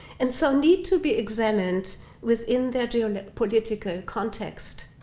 and so need to be examined within their geopolitical context.